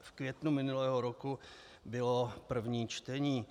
V květnu minulého roku bylo první čtení.